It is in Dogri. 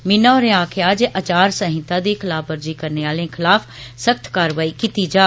मीना होरें आक्खेआ जे आचार संहिता दी खिलाफवर्जी करने आले खिलाफ सख़्त कारवाई कीती जाग